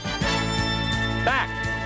Back